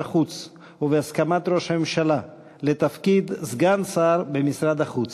החוץ ובהסכמת ראש הממשלה לתפקיד סגן שר במשרד החוץ.